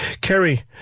Kerry